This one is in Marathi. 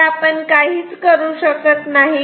आपण काहीच करू शकत नाही का